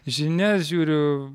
žinias žiūriu